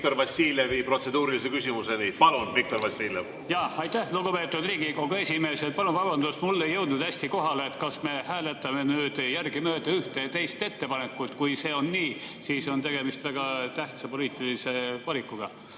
protseduurilise küsimuseni. Palun, Viktor Vassiljev! Aitäh, lugupeetud Riigikogu esimees! Palun vabandust, mulle ei jõudnud hästi kohale, kas me hääletame nüüd järgemööda ühte ja teist ettepanekut. Kui see nii on, siis on tegemist väga tähtsa poliitilise valikuga.